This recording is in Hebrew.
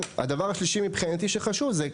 הדבר השלישי שחשוב מבחינתי,